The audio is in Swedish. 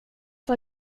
vad